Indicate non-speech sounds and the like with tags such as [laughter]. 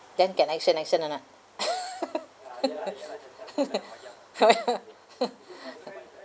then can action action or not [laughs]